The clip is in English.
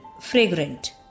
fragrant